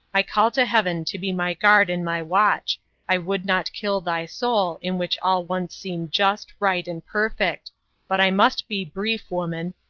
i call to heaven to be my guard and my watch i would not kill thy soul, in which all once seemed just, right, and perfect but i must be brief, woman.